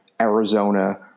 Arizona